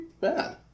bad